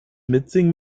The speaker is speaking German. mitsingen